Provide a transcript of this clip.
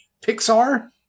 Pixar